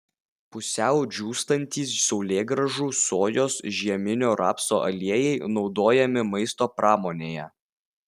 pusiau džiūstantys saulėgrąžų sojos žieminio rapso aliejai naudojami maisto pramonėje